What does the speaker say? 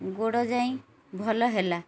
ଗୋଡ଼ ଯାଇ ଭଲ ହେଲା